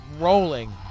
rolling